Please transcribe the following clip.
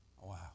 Wow